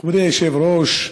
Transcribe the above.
מכובדי היושב-ראש,